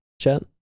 Chat